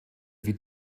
wie